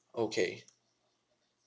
okay